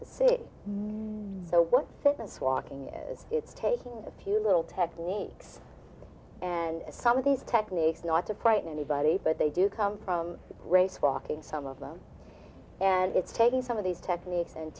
fitness walking is it's taking a few little techniques and some of these techniques not to frighten anybody but they do come from race walking some of them and it's taking some of these techniques and